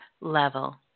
level